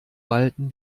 walten